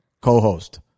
co-host